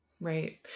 Right